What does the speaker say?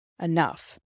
enough